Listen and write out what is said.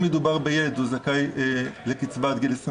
אם מדובר בילד הוא זכאי לקצבה עד גיל 21